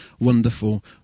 wonderful